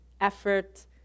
effort